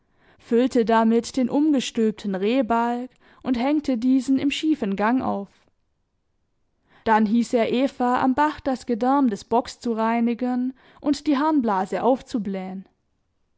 füllte damit den umgestülpten rehbalg und hängte diesen im schiefen gang auf dann hieß er eva am bach das gedärm des bocks zu reinigen und die harnblase aufzublähen